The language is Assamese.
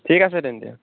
ঠিক আছে তেন্তে